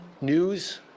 news